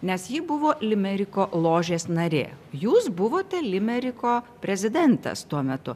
nes ji buvo limeriko ložės narė jūs buvote limeriko prezidentas tuo metu